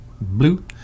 blue